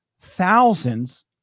thousands